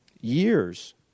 years